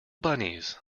bunnies